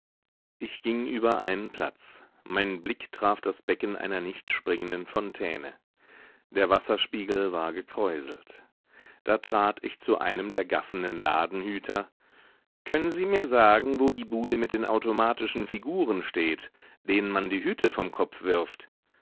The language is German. ich ging über einen platz mein blick traf das becken einer nicht springenden fontäne der wasserspiegel war gekräuselt da trat ich zu einem der gaffenden ladenhüter können sie mir sagen wo die bude mit den automatischen figuren steht denen man die hüte vom kopf wirft